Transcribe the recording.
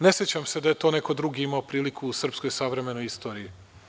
Ne sećam se da je to neko drugi imao priliku u srpskoj savremenoj istoriji.